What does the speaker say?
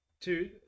Two